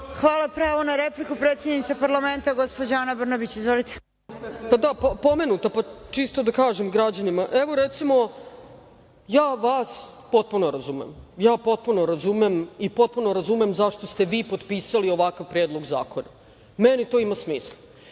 Hvala. Pravo na repliku, predsednica parlamenta Ana Brnabić. **Ana Brnabić** Pa, da pomenuta, pa čisto da kažem građanima. Evo, recimo, ja vas potpuno razumem, potpuno razume i potpuno razumem zašto ste vi potpisali ovakav Predlog zakona, meni to ima smisla. Dakle,